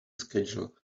schedule